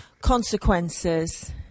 consequences